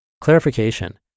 Clarification